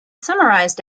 summarized